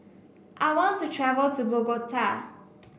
I want to travel to Bogota